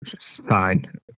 fine